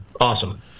awesome